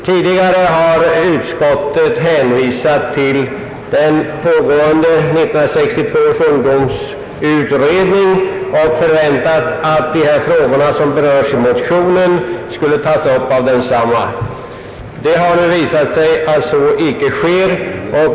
Tidigare har utskottet hänvisat till den pågående 1962 års ungdomsutredning och förväntat sig att de frågor som berörs i motionen skulle tas upp av denna. Det har nu visat sig att så icke sker.